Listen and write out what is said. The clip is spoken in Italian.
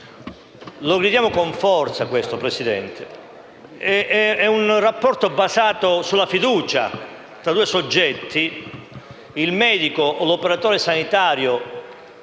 lo gridiamo con forza, signora Presidente. È un rapporto basato sulla fiducia tra due soggetti, per cui il medico o l'operatore sanitario,